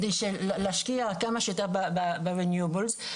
על מנת להשקיע יותר באנרגיות המתחדשות.